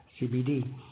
CBD